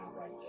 right